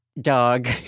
dog